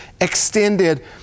extended